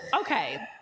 okay